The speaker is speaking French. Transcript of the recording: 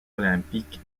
olympique